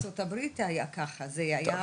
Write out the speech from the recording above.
גם בארצות הברית היה ככה - טוב,